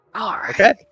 Okay